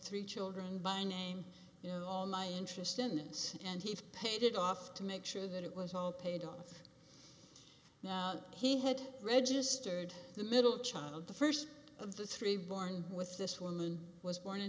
three children by name you know all my interest in this and he paid it off to make sure that it was all paid off now that he had registered the middle child the first of the three born with this woman was born in